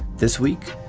this week,